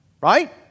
Right